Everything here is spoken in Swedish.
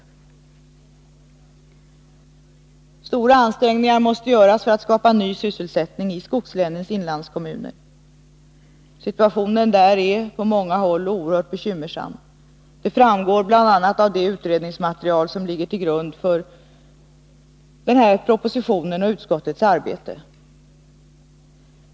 Stora ansträngningar måste göras för att skapa ny sysselsättning i skogslänens inlandskommuner. Situationen där är på många håll oerhört bekymmersam. Det framgår bl.a. av det utredningsmaterial som ligger till grund för den här propositionen och utskottets arbete.